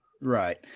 right